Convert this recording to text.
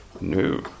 No